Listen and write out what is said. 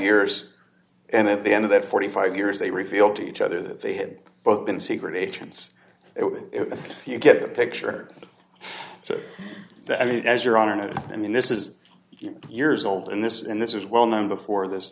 years and at the end of that forty five years they revealed to each other that they had both been secret agents it when you get the picture so i mean as your honor noted i mean this is years old and this and this is well known before this